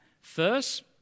First